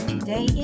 Today